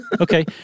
Okay